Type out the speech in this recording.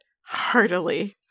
heartily